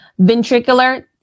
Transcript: Ventricular